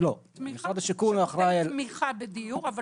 תמיכה בדיור.